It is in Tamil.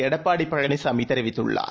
எடப்பாடிபழனிசாமிதெரிவித்துள்ளார்